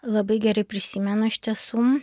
labai gerai prisimenu iš tiesų